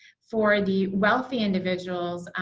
for the wealthy individuals,